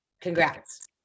congrats